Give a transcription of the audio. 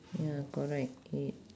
ya correct eight